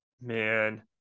man